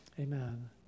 amen